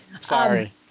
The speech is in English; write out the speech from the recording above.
Sorry